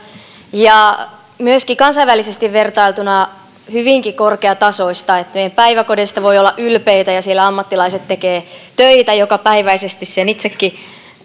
ja myöskin kansainvälisesti vertailtuna hyvinkin korkeatasoista niin että meidän päiväkodeista voidaan olla ylpeitä ja siellä ammattilaiset tekevät töitä jokapäiväisesti sen itsekin